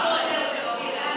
תודה, אדוני.